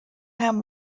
ham